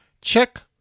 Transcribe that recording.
Check